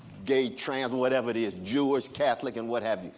gay, trans, whatever is, jewish, catholic, and what have you.